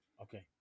Okay